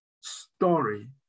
story